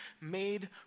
made